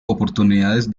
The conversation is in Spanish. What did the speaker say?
oportunidades